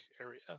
area